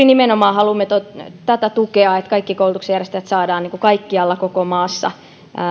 nimenomaan tätä haluamme tukea että kaikki koulutuksen järjestäjät saadaan kaikkialla koko maassa